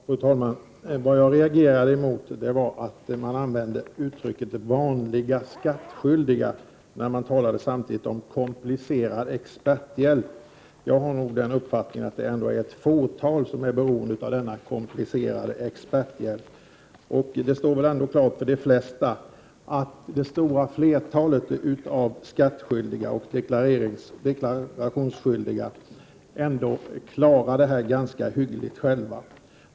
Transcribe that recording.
Fru talman! Vad jag reagerade mot var att man använde uttrycket vanliga skattskyldiga och samtidigt talade om experthjälp. Jag har nog den uppfattningen att det är ett fåtal som är beroende av denna komplicerade experthjälp. Det står väl ändå klart för de flesta att det stora flertalet av de skattskyldiga och deklarationsskyldiga klarar detta ganska hyggligt själva.